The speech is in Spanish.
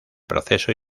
proceso